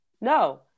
No